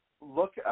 Look